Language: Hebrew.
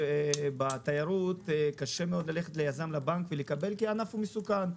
בתיירות קשה מאוד ליזם ללכת לבנק כיוון שהענף הוא מסוכן.